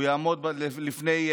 והוא יעמוד בדיון